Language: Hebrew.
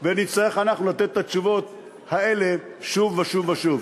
ונצטרך אנחנו לתת את התשובות האלה שוב ושוב ושוב.